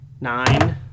Nine